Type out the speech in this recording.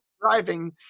driving